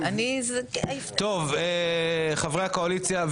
ואחרי זה היא עוד שאלה האם היא הייתה טובה.